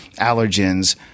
allergens